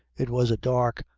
it was a dark,